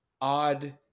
odd